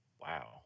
Wow